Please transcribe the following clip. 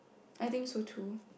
I think so too